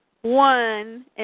one